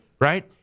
right